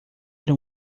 era